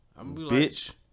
Bitch